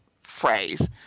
phrase